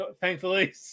thankfully